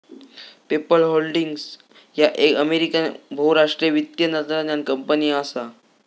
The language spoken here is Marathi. पेपल होल्डिंग्स ह्या एक अमेरिकन बहुराष्ट्रीय वित्तीय तंत्रज्ञान कंपनी असा